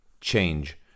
change